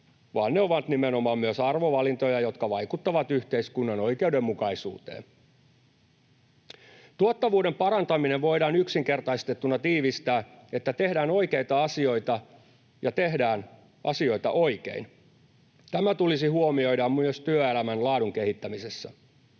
vaan ne ovat nimenomaan myös arvovalintoja, jotka vaikuttavat yhteiskunnan oikeudenmukaisuuteen. Tuottavuuden parantaminen voidaan yksinkertaistettuna tiivistää niin, että tehdään oikeita asioita ja tehdään asioita oikein. Tämä tulisi huomioida myös työelämän laadun kehittämisessä.